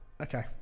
okay